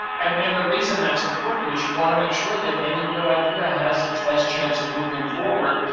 and and the reason that's important is you want to make sure that any good idea has its best chance of moving forward,